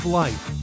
life